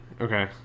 Okay